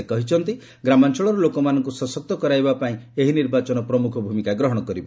ସେ କହିଛନ୍ତି ଗ୍ରାମାଞ୍ଚଳର ଲୋକମାନଙ୍କୁ ସଶକ୍ତ କରାଇବା ପାଇଁ ଏହି ନିର୍ବାଚନ ପ୍ରମୁଖ ଭୂମିକା ଗ୍ରହଣ କରିବ